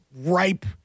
ripe